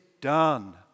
done